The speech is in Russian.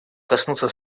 коснуться